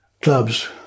clubs